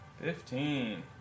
Fifteen